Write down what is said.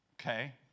Okay